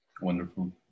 Wonderful